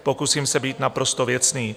Pokusím se být naprosto věcný.